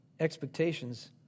Expectations